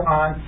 on